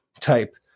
type